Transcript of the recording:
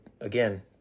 again